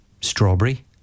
strawberry